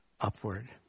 upward